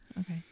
okay